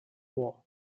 war